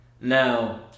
Now